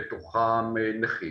בתוכם נכים,